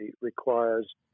requires